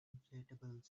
inflatable